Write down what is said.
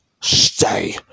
stay